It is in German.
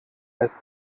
lässt